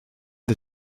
the